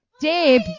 Deb